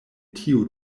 tiu